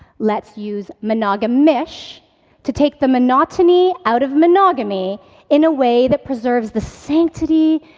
let's use monogamish to take the monotony out of monogamy in a way that preserves the sanctity,